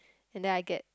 and then I get